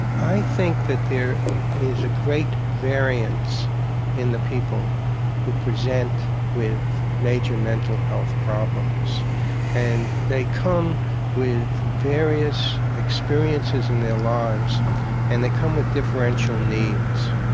i think that there is a great variance in the people who present with major mental health problems and they come with various experiences in their lives and they come with differential needs.